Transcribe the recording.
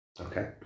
Okay